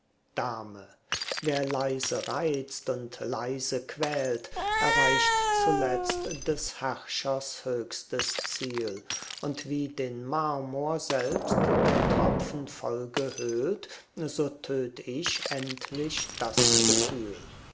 dame wer leise reizt und leise quält erreicht zuletzt des herrschers höchstes ziel und wie den marmor selbst der tropfen folge höhlt so töt ich endlich das gefühl